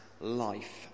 life